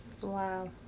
wow